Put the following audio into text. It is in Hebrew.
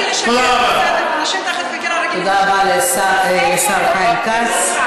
אתה רגיל לשקר, זה בסדר, תודה רבה לשר חיים כץ.